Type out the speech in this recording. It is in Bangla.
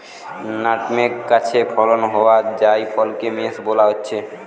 নাটমেগ গাছে ফলন হোয়া জায়ফলকে মেস বোলা হচ্ছে